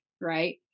right